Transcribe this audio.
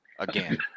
again